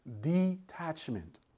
detachment